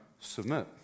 submit